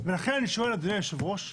ולכן אני שואל, אדוני היושב-ראש,